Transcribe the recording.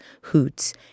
hoots